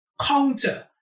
counter